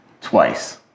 twice